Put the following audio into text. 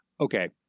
Okay